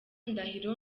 ndahiro